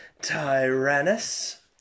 Tyrannus